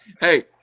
Hey